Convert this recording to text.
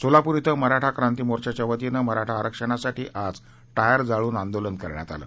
सोलापूर इथं मराठा क्रांती मोर्चाच्या वतीनं मराठा आरक्षणासाठी आज टायर जाळून आंदोलन करण्यात आलं